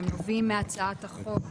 הם נובעים מהצעת החוק,